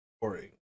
boring